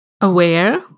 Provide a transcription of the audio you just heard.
aware